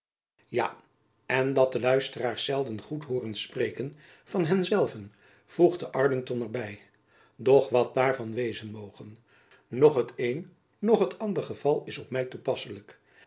en dat de luisteraars zelden goed hooren spreken van henzelven voegde arlington er by doch wat daarvan wezen moge noch het een noch het ander geval is op my toepasselijk